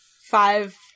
five